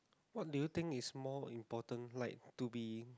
what do you think is more important like to be